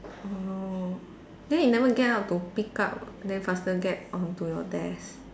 oh then you never get up to pick up then faster get onto your desk